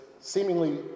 seemingly